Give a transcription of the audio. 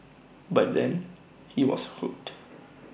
by then he was hooked